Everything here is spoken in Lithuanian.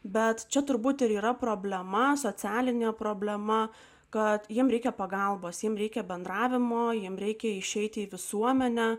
bet čia turbūt ir yra problema socialinė problema kad jiems reikia pagalbos jiems reikia bendravimo jiems reikia išeiti į visuomenę